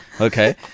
Okay